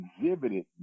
exhibited